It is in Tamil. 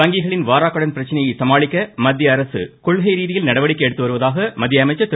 வங்கிகளின் வாராக்கடன் பிரச்சனையை சமாளிக்க மத்தியஅரசு கொள்கை ரீதியில் நடவடிக்கை எடுத்துவருவதாக மத்திய அமைச்சர் திரு